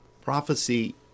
Prophecy